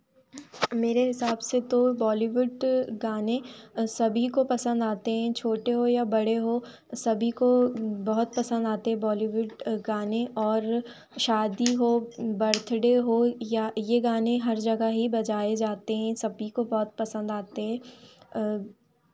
मेरे हिसाब से तो बॉलीवुड गाने सभी को पसन्द आते हैं छोटे हों या बड़े हों सभी को बहुत पसन्द आते हैं बॉलीवुड गाने और शादी हो बर्थडे हो या ये गाने हर जगह ही बजाए जाते हैं सभी को बहुत पसन्द आते हैं